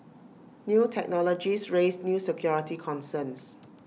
new technologies raise new security concerns